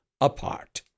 apart